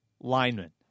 lineman